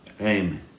Amen